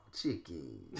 Chicken